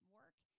work